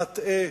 מטעה.